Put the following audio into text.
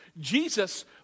Jesus